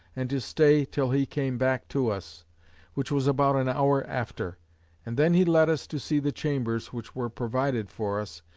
and to stay till he came back to us which was about an hour after and then he led us to see the chambers which were provided for us,